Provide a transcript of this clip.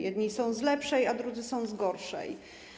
Jedni są z lepszej, a drudzy są z gorszej.